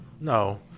No